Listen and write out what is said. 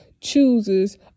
chooses